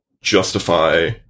justify